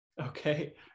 Okay